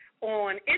on